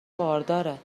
بارداره